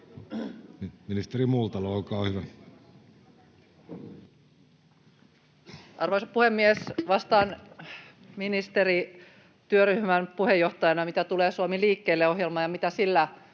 Time: 16:10 Content: Arvoisa puhemies! Vastaan ministerityöryhmän puheenjohtajana, mitä tulee Suomi liikkeelle ‑ohjelmaan ja siihen, mitä sillä